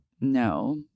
no